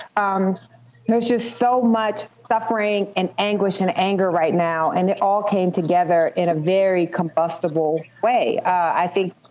ah and there's just so much suffering and anguish and anger right now. and it all came together in a very combustible way. i think,